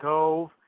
Cove